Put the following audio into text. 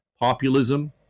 Populism